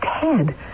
Ted